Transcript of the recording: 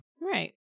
Right